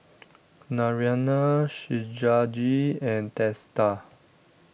Naraina Shivaji and Teesta